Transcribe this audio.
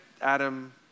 Adam